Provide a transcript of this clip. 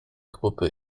gruppe